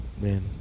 man